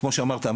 כמו שאמרת,